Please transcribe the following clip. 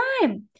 time